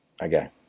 Okay